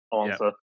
answer